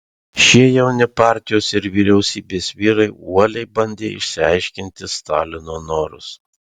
šie jauni partijos ir vyriausybės vyrai uoliai bandė išsiaiškinti stalino norus